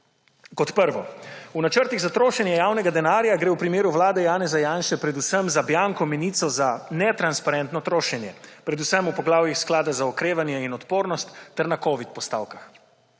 Kot prvo. V načrtih za trošenje javnega denarja gre v primeru vlade Janeza Janše predvsem za bianko menico za netransparentno trošenje, predvsem v poglavjih Sklada za okrevanje in odpornost ter na covid postavkah.